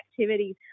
activities